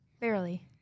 barely